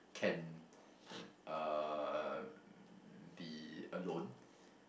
can uh be alone